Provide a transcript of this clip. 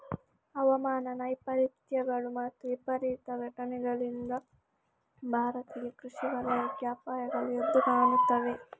ಹವಾಮಾನ ವೈಪರೀತ್ಯಗಳು ಮತ್ತು ವಿಪರೀತ ಘಟನೆಗಳಿಂದಾಗಿ ಭಾರತೀಯ ಕೃಷಿ ವಲಯಕ್ಕೆ ಅಪಾಯಗಳು ಎದ್ದು ಕಾಣುತ್ತವೆ